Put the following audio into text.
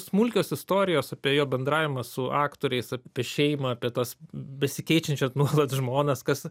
smulkios istorijos apie jo bendravimą su aktoriais apie šeimą apie tas besikeičiančias nuolat žmonas kas